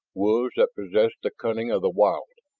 wolves that possessed the cunning of the wild,